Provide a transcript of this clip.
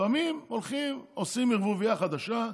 לפעמים הולכים, עושים ערבוביה חדשה,